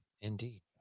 indeed